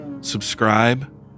subscribe